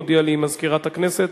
הודיעה לי מזכירת הכנסת,